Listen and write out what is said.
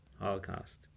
Holocaust